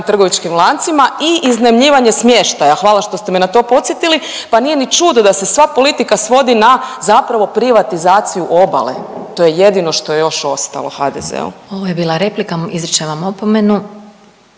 trgovačkim lancima i iznajmljivanje smještaja. Hvala što ste me na to podsjetili. Pa nije ni čudo da se sva politika svodi na zapravo privatizaciju obale. To je jedino što je još ostalo HDZ-u. **Glasovac, Sabina (SDP)** Ovo je bila replika. Izričem vam opomenu.